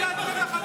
קיצצת בחקלאות.